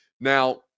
Now